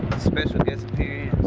special guest